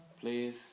Please